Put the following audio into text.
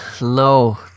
No